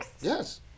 yes